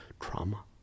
trauma